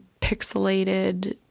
pixelated